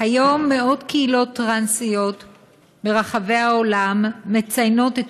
היום מאות קהילות טרנסיות ברחבי העולם מציינות את